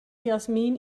jasmin